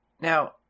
Now